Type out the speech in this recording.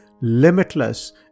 limitless